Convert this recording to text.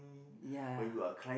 ya